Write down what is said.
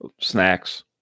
snacks